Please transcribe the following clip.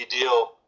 deal